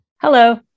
Hello